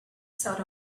sort